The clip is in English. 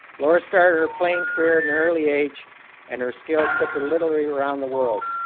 laura started her playing career at an early age and her skills took her literally around the world.